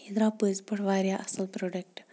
یہِ درٛاو پٔزۍ پٲٹھۍ واریاہ اَصٕل پرٛوڈَکٹ